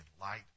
light